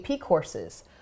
courses